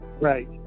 Right